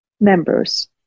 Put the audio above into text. members